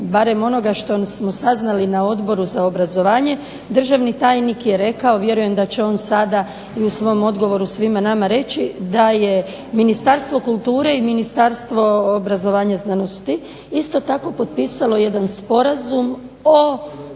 barem onoga što smo saznali na Odboru za obrazovanje, državni tajnik je rekao, vjerujem da će on sada i u svom odgovoru svima nama reći da je Ministarstvo kulture i Ministarstvo obrazovanja i znanosti isto tako potpisalo jedan Sporazum o